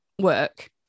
work